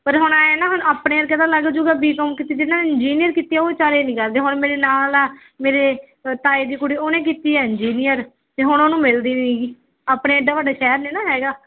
ਪਰ ਹੁਣ ਐਂ ਨਾ ਹੁਣ ਆਪਣੇ ਵਰਗੇ ਤਾਂ ਲੱਗ ਜਾਵੇਗਾ ਬੀਕੌਮ ਕੀਤੀ ਦੀ ਨਾ ਇੰਜੀਨੀਅਰ ਕੀਤੇ ਆ ਉਹ ਵਿਚਾਰੇ ਨਹੀਂ ਕਰਦੇ ਹੁਣ ਮੇਰੇ ਨਾਲ ਆ ਮੇਰੇ ਤਾਏ ਦੀ ਕੁੜੀ ਉਹਨੇ ਕੀਤੀ ਹੈ ਇੰਜੀਨੀਅਰ ਅਤੇ ਹੁਣ ਉਹਨੂੰ ਮਿਲਦੀ ਨੀਗੀ ਆਪਣੇ ਐਡਾ ਵੱਡਾ ਸ਼ਹਿਰ ਨਹੀਂ ਨਾ ਹੈਗਾ